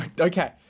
Okay